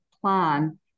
plan